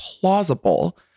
plausible